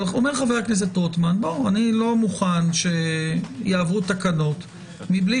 אומר חבר הכנסת רוטמן: אני לא מוכן שיעברו תקנות מבלי